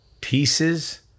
pieces